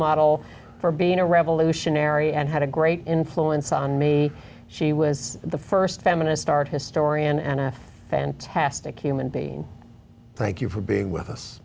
model for being a revolutionary and had a great influence on me she was the st feminist art historian and a fantastic human being thank you for being with us